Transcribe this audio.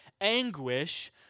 anguish